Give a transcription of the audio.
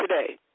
today